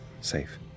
safe